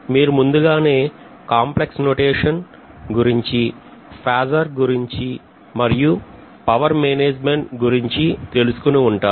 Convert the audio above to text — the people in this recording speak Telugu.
మీరు ముందుగానే కాంప్లెక్స్ నొటేషన్ గురించి ఫేజర్ గురించి మరియు పవర్ మెజర్మెంట్ గురించి తెలుసుకొని ఉంటారు